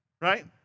Right